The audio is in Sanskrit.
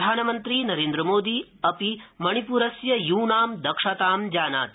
प्रधानमन्त्री नरेन्द्रमोदी अपि मणिपुरस्य यूनां दक्षतां जानाति